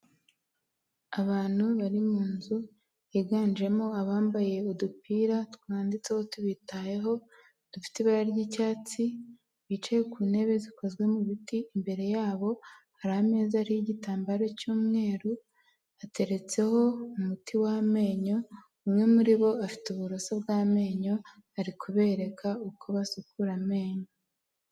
Abantu bari mu nzu higanjemo abambaye udupira twanditseho tubitayeho, dufite ibara ry'icyatsi, bicaye ku ntebe zikozwe mu biti, imbere yabo hari ameza ariho igitambaro cy'umweru ateretseho umuti w'amenyo, umwe muri bo afite uburoso bw'amenyo ari kubereka uko basukura amenyo.